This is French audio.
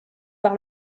par